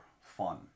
fun